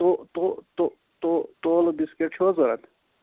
تو تو تو تو تو تولہٕ بِسکِٹ چھِوا ضروٗرت